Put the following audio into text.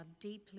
deeply